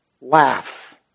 laughs